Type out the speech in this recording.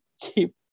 keep